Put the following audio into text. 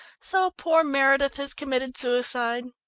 so poor meredith has committed suicide?